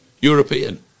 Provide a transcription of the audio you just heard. European